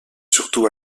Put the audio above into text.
surtout